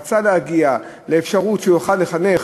רצה להגיע לאפשרות שהוא יוכל לחנך,